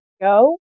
go